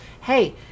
hey